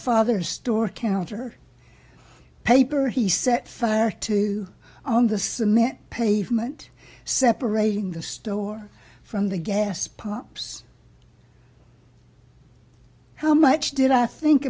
father store counter paper he set fire to on the cement pavement separating the store from the gas pumps how much did i think